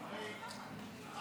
רק